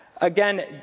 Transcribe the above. Again